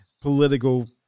political